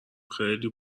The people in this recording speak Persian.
خیلی